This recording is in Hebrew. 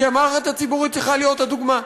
כי המערכת הציבורית צריכה להיות דוגמה.